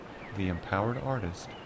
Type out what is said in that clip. TheEmpoweredArtist